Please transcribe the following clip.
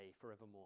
forevermore